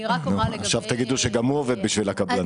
עכשיו תגידו שגם הוא עובד בשביל הקבלנים.